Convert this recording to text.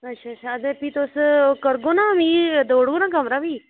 अच्छा अच्छा ते फी तुस करगो ना मिगी दऊ उड़गे ना कमरा बी